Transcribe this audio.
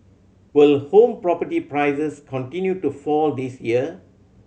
will home property prices continue to fall this year